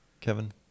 Kevin